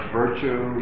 virtue